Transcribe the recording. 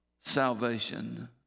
salvation